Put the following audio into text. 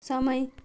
समय